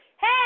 Hey